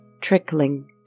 trickling